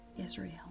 Israel